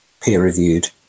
peer-reviewed